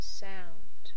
sound